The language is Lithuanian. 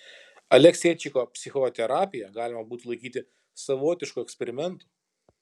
alekseičiko psichoterapiją galima būtų laikyti savotišku eksperimentu